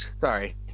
Sorry